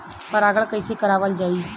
परागण कइसे करावल जाई?